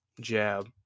jab